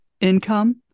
income